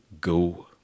go